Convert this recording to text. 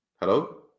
Hello